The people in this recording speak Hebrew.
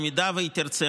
אם תרצה,